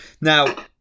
Now